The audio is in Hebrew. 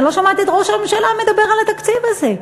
שאני לא שומעת את ראש הממשלה מדבר על התקציב הזה.